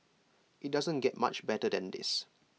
IT doesn't get much better than this